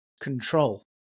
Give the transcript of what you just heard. control